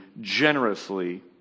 generously